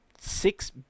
six